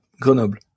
Grenoble